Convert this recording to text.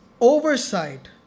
Oversight